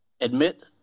admit